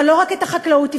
אבל לא רק את החקלאות הפקרנו,